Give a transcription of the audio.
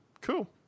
cool